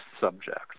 subjects